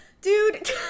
dude